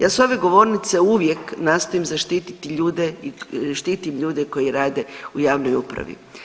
Ja s ove govornice uvijek nastojim zaštiti ljude i štitim ljude koji rade u javnoj upravi.